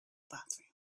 bathroom